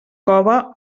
cove